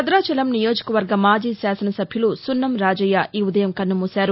భద్రాచలం నియోజకవర్గ మాజీ శాసనస సభ్యులు సున్నం రాజయ్య ఈ ఉదయం కన్నుమూశారు